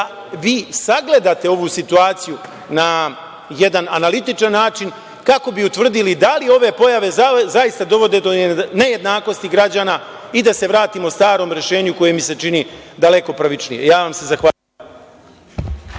vi sagledate ovu situaciju na jedan analitičan način kako bi utvrdili da li ove pojave zaista dovode do nejednakosti građana i da se vratimo starom rešenju koje mi se čini daleko pravičnije. Zahvaljujem.